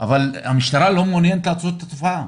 אבל המשטרה לא מעוניינת לעצור את התופעה.